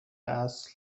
اصل